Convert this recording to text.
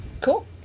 Cool